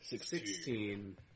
Sixteen